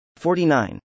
49